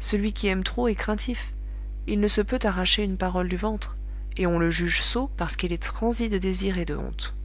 celui qui aime trop est craintif il ne se peut arracher une parole du ventre et on le juge sot parce qu'il est transi de désir et de honte